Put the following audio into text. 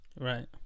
Right